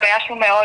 התביישנו מאוד